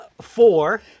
four